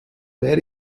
wäre